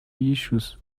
issues